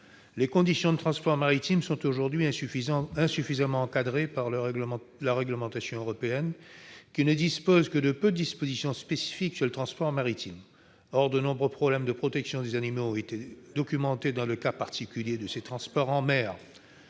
Les conditions de transport maritime sont aujourd'hui insuffisamment encadrées par la réglementation européenne, qui ne comporte que peu de dispositions spécifiques au transport maritime. Or, de nombreux problèmes de protection des animaux ont été documentés dans le cas particulier de ces transports par mer.